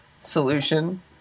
solution